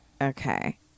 okay